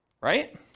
right